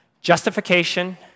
Justification